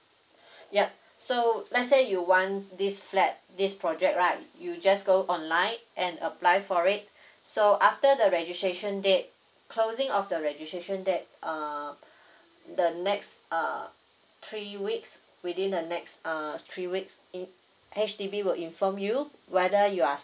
yup so let's say you want this flat this project right you just go online and apply for it so after the registration date closing of the registration date uh the next uh three weeks within the next uh three weeks in H_D_B will inform you whether you are